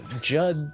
Judd